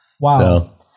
Wow